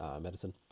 Medicine